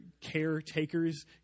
caretakers